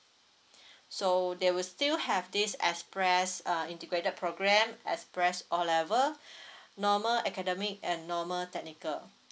so they will still have this express uh integrated program express O level normal academic and normal technical